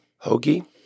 Hoagie